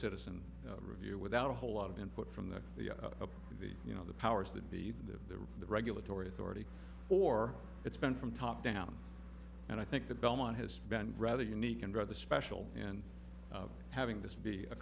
citizen review without a whole lot of input from the the you know the powers that be the regulatory authority or it's been from top down and i think that belmont has been rather unique and rather special in having this be a